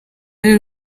ari